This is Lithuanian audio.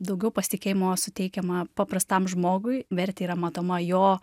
daugiau pasitikėjimo suteikiama paprastam žmogui vertė yra matoma jo